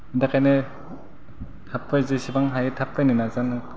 दा ओंखायनो थाब फै जेसेबां हायो थाब फैनो नाजा नों